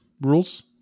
rules